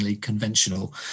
conventional